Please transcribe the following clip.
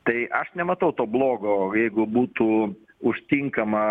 tai aš nematau to blogo jeigu būtų užtinkama